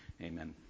amen